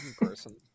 person